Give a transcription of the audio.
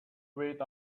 wait